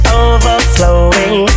overflowing